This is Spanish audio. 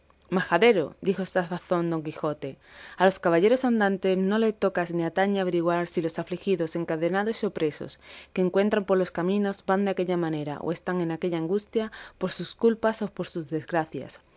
majadero dijo a esta sazón don quijote a los caballeros andantes no les toca ni atañe averiguar si los afligidos encadenados y opresos que encuentran por los caminos van de aquella manera o están en aquella angustia por sus culpas o por sus gracias